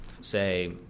say